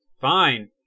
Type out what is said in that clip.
Fine